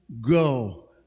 go